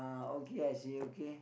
are okay I see okay